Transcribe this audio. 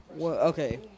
okay